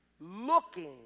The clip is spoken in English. looking